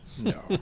No